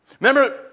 Remember